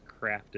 crafted